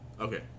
okay